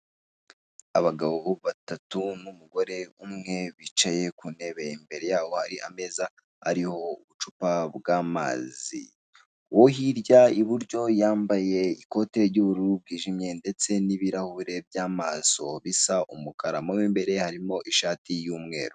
Abagabo batatu n'umugore umwe, bicaye kuntebe, imbere yabo hari ameza ariho ubucupa bw'amazi, uwo hirya iburyo yambaye ikote ry' ubururu bwijimye, ndetse n'ibirahure by'amaso bisa umukara, mo mimbere harimo ishati y'umweru.